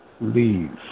leave